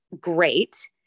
great